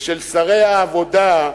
ושל שרי העבודה,